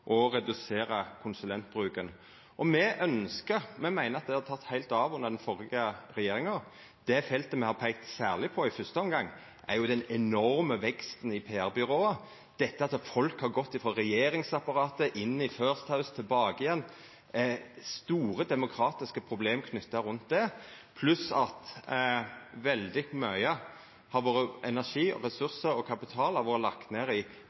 redusera konsulentbruken. Me meiner at det har teke heilt av under den førre regjeringa. Det me har peikt særleg på i fyrste omgang, er den enorme veksten i PR-byrå, dette at folk har gått frå regjeringsapparatet inn i First House og tilbake igjen. Dette er det store demokratiske problem knytte til, pluss at veldig mykje energi, resursar og kapital har vore lagt ned i